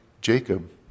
Jacob